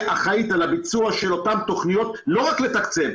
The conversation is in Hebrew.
אחראית לביצוע של אותם תוכניות לא רק לתקצב,